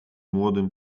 młodym